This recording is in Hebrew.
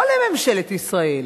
לא לממשלת ישראל